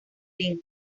ling